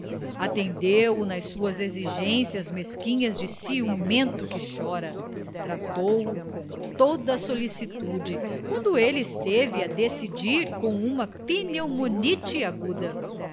atendeu o nas suas exigências mesquinhas de ciumento que chora tratou o com toda a solicitude quando ele esteve a decidir com uma pneumonite aguda